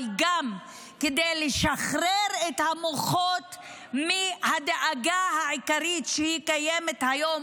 אבל גם כדי לשחרר את המוחות מהדאגה העיקרית שקיימת היום,